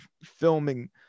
filming